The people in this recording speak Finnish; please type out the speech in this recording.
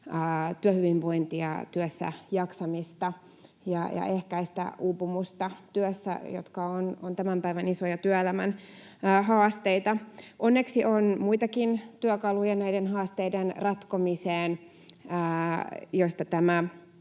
työhyvinvointia ja työssäjaksamista ja ehkäistä uupumusta työssä. Nämä ovat tämän päivän isoja työelämän haasteita. Onneksi näiden haasteiden ratkomiseen on